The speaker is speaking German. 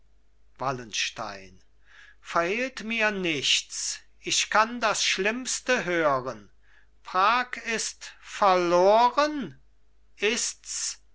wallenstein verhehlt mir nichts ich kann das schlimmste hören prag ist verloren ists